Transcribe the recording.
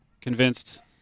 convinced